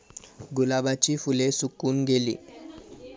गुलाबाची फुले सुकून गेली